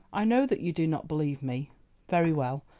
i know that you do not believe me very well,